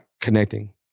connecting